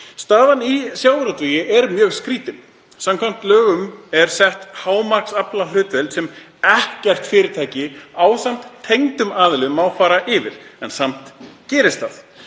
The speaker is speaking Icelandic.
Staðan í sjávarútvegi er mjög skrýtin. Samkvæmt lögum er sett hámarksaflahlutdeild sem ekkert fyrirtæki eða tengdir aðilar mega fara yfir. En samt gerist það.